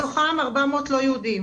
מתוכם 400 לא יהודים